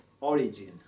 origin